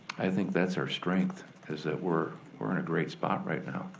i think that's our strength, is that we're we're in a great spot right now.